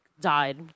died